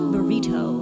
Burrito